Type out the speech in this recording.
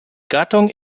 gattung